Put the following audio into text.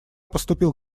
поступил